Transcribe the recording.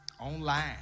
online